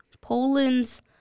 Poland's